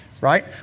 right